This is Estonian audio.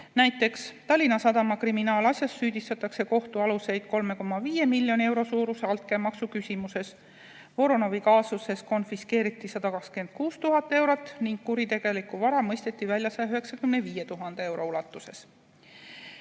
Näiteks Tallinna Sadama kriminaalasjas süüdistatakse kohtualuseid 3,5 miljoni euro suuruse altkäemaksu küsimises. Voronovi kaasuses konfiskeeriti 126 000 eurot ning kuritegelikku vara mõisteti välja 195 000 euro ulatuses.